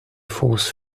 force